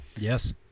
Yes